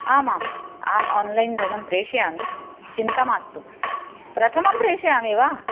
आम् आम् अहम् आन्लैन् धनं प्रेषयामि चिन्ता मास्तु प्रथमं प्रेषयामि वा